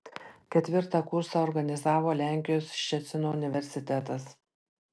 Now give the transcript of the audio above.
ketvirtą kursą organizavo lenkijos ščecino universitetas